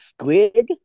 Squid